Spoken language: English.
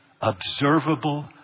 observable